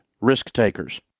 risk-takers